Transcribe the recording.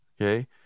Okay